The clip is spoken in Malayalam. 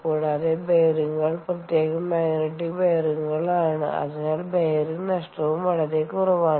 കൂടാതെ ബെയറിംഗുകൾ പ്രത്യേക മാഗ്നെറ്റിക് ബെയറിംഗുകളാണ് അതിനാൽ ബെയറിംഗ് നഷ്ടവും വളരെ കുറവാണ്